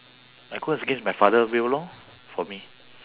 I go against my father will lor for me